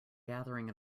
gathering